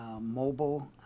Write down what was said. Mobile